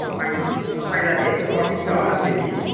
तपाईँ तपाईँलाई भेट्न सकिन्छ होला त्यो दिन